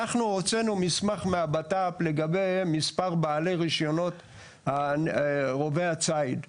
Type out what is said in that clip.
אנחנו הוצאנו מסמך מהבט"פ לגבי מספר בעלי רישיונות רובי הציד.